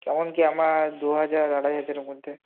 কেমন কী আমার দুহাজার আড়াই হাজারের মধ্যে